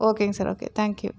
ஓகேங்க sir okay thank you